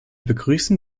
begrüßen